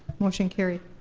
motion carried.